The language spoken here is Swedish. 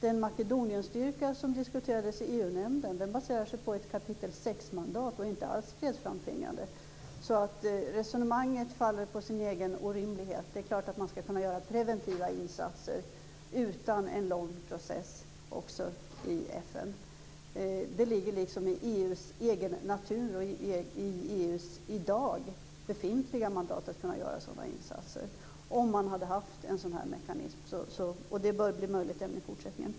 Den Makedonienstyrka som diskuterades i EU nämnden baserar sig på ett kapitel 6-mandat och är inte alls fredsframtvingande. Resonemanget faller på sin egen orimlighet. Det är klart att man skall kunna göra preventiva insatser utan en lång process också i FN. Det ligger i EU:s egen natur och i EU:s i dag befintliga mandat att kunna göra sådana insatser, om man hade haft en sådan mekanism. Det bör bli möjligt även i fortsättningen.